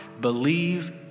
believe